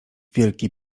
wielki